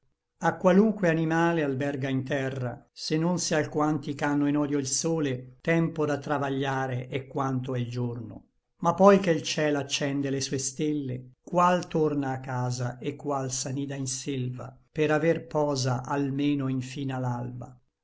a qualunque animale alberga in terra se non se alquanti ch'ànno in odio il sole tempo da travagliare è quanto è l giorno ma poi che l ciel accende le sue stelle qual torna a casa et qual s'anida in selva per aver posa almeno infin